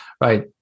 right